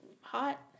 hot